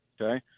okay